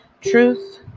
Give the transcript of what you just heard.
Truth